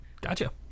Gotcha